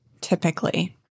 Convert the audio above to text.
Typically